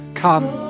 come